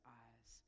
eyes